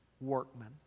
workmen